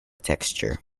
texture